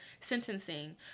sentencing